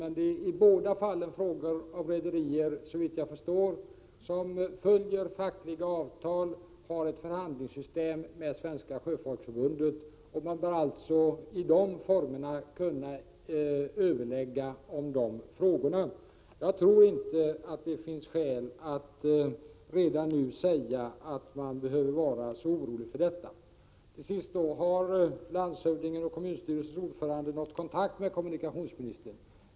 Men det är i båda fallen fråga om rederier som, såvitt jag förstår, följer fackliga avtal och har ett förhandlingssystem med Svenska Sjöfolksförbundet. Man bör alltså i de formerna kunna överlägga om dessa frågor. Jag tror inte att det finns skäl att redan nu säga att man behöver vara orolig för detta. Frågan ställdes om landshövdingen och kommunstyrelsens ordförande har nått kontakt med kommunikationsministern.